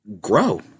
grow